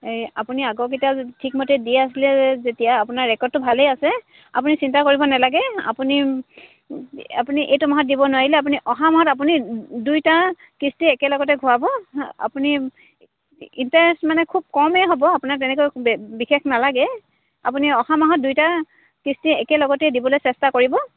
এই আপুনি আগৰকেইটা ঠিকমতে দি আছিলে যেতিয়া আপোনাৰ ৰেকৰ্ডটো ভালেই আছে আপুনি চিন্তা কৰিব নালাগে আপুনি আপুনি এইটো মাহত দিব নোৱাৰিলে আপুনি অহা মাহত আপুনি দুইটা কিস্তি একেলগতে ঘূৰাব আপুনি ইণ্টাৰেষ্ট মানে খুব কমেই হ'ব আপোনাৰ তেনেকৈ বিশেষ নালাগে আপুনি অহ মাহত দুইটা কিস্তি একেলগতে দিবলে চেষ্টা কৰিব